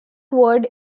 word